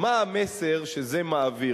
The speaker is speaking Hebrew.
מה המסר שזה מעביר?